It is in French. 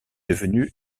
devenu